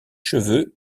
cheveux